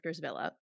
Villa